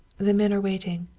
the men are waiting.